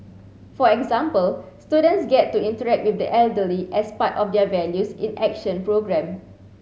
for example students get to interact with the elderly as part of their Values in Action programme